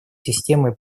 системы